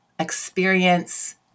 experience